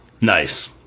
Nice